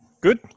good